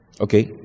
Okay